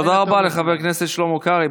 תודה רבה לחבר הכנסת שלמה קרעי.